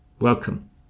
Welcome